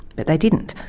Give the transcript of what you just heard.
but they didn't.